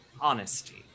honesty